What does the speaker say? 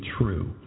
true